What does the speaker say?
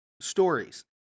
stories